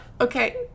Okay